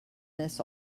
this